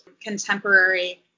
contemporary